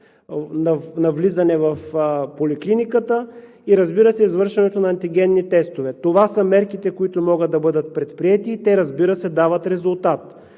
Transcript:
при влизане в поликлиниката и, разбира се, извършването на антигенни тестове. Това са мерките, които могат да бъдат предприети и те, разбира се, дават резултат.